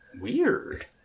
Weird